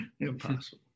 impossible